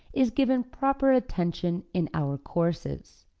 is given proper attention in our courses.